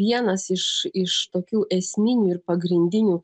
vienas iš iš tokių esminių ir pagrindinių